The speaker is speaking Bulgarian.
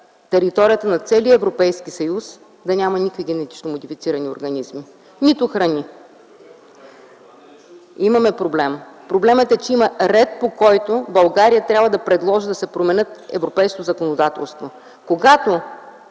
територията на целия Европейски съюз да няма никакви генетично модифицирани организми, нито храни. Имаме проблем. Проблемът е, че има ред, по който България трябва да предложи да се промени европейското законодателство. Когато